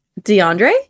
DeAndre